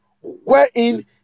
wherein